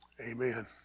Amen